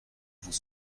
vous